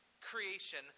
creation